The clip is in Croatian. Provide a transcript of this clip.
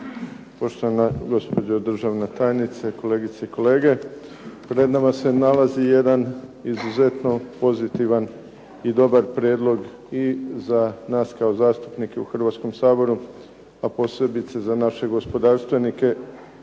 poštovana gospođo državna tajnice, kolegice i kolege. Pred nama se nalazi jedan izuzetno pozitivan i dobar prijedlog i za nas kao zastupnike u Hrvatskom saboru, a posebice za naše gospodarstvenike